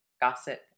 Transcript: gossip